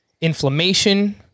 inflammation